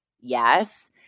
Yes